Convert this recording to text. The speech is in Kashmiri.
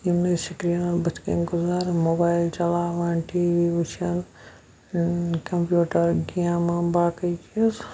یِمنٕے سِکریٖنَن بٔتھِ کَنۍ گُزاران موبایِل چَلاوان ٹی وی وٕچھان کَمپیوٗٹَر گیمہٕ باقٕے چیٖز